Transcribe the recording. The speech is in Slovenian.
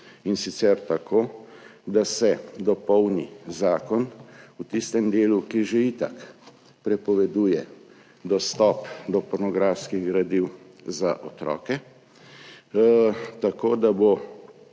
in sicer tako, da se dopolni zakon v tistem delu, ki že itak prepoveduje dostop do pornografskih gradiv za otroke, tako da bo